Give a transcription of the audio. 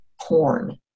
porn